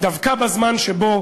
דווקא בזמן שבו